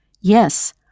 Yes